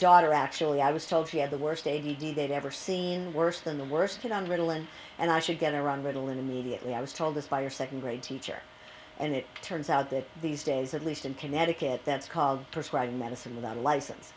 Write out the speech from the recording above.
daughter actually i was told she had the worst a d they'd ever seen worse than the worst kid on ritalin and i should get around ritalin immediately i was told this by your second grade teacher and it turns out that these days at least in connecticut that's called persuasion medicine without a license